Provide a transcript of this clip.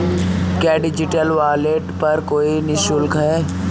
क्या digital wallet पर कोई शुल्क है?